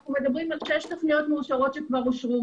אנחנו מדברים על שש תוכניות שכבר אושרו,